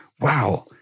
wow